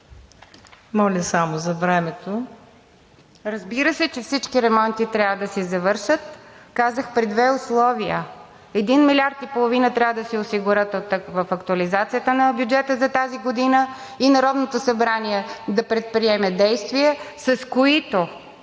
ВИОЛЕТА КОМИТОВА: Разбира се, че всички ремонти трябва да се завършат, казах, при две условия – един милиард и половина трябва да се осигурят в актуализацията на бюджета за тази година и Народното събрание да предприеме действия, с които